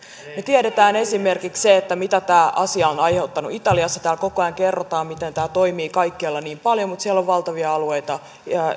me tiedämme esimerkiksi sen mitä tämä asia on on aiheuttanut italiassa täällä koko ajan kerrotaan miten tämä toimii kaikkialla niin hyvin mutta siellä on valtavia alueita ja